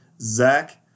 Zach